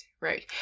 right